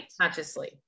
Consciously